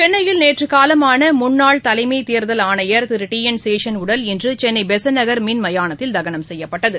சென்னையில் நேற்று காலமான முன்னாள் தலைமைத் தேர்தல் ஆணையர் டி என் சேஷன் உடல் இன்று சென்னை பெசன்ட் நகர் மின் மயானத்தில் தகனம் செய்யப்பட்டது